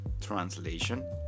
translation